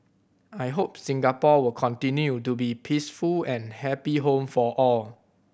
I hope Singapore will continue to be peaceful and happy home for all